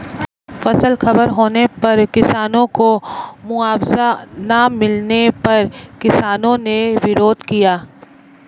फसल खराब होने पर किसानों को मुआवजा ना मिलने पर किसानों ने विरोध किया